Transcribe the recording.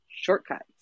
shortcuts